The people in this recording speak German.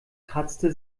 kratzte